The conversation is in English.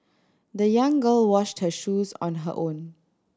the young girl washed her shoes on her own